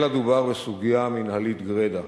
אלא דובר בסוגיה מינהלית גרידא.